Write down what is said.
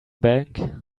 bank